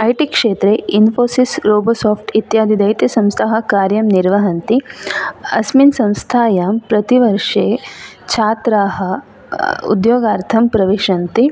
I T क्षेत्रे इन्फोसिस् ग्लोबोसाफ्ट् इत्यादि दैत्यसंस्थाः कार्यं निर्वाहन्ति अस्मिन् संस्थायां प्रतिवर्षे छात्राः उद्योगार्थं प्रविशन्ति